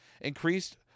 increased